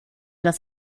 das